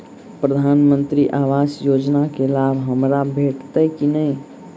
प्रधानमंत्री आवास योजना केँ लाभ हमरा भेटतय की नहि?